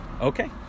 Okay